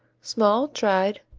small, dried,